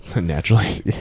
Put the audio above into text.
Naturally